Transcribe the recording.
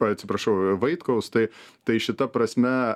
oi atsiprašau vaitkaus tai tai šita prasme